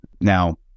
Now